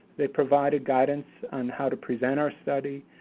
they provided guidance on how to present our study,